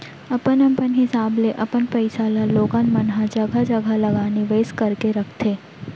अपन अपन हिसाब ले अपन पइसा ल लोगन मन ह जघा जघा लगा निवेस करके रखथे